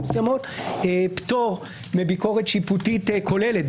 מסויות פטור מביקורת שיפוטית כוללת.